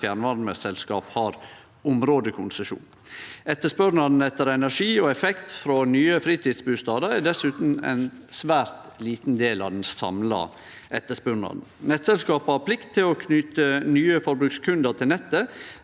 fjernvarmeselskap har områdekonsesjon. Etterspurnaden etter energi og effekt frå nye fritidsbustader er dessutan ein svært liten del av den samla etterspurnaden. Nettselskapa har plikt til å knyte nye forbrukskundar til nettet.